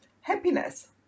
Happiness